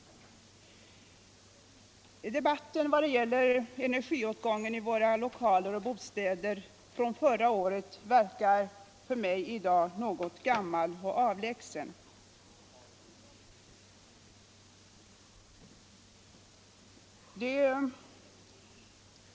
Denna debatt om energiåtgången i våra lokaler och bostäder från förra året verkar för mig i dag något gammal och avlägsen.